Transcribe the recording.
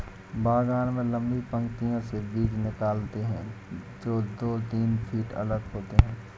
बागान में लंबी पंक्तियों से बीज निकालते है, जो दो तीन फीट अलग होते हैं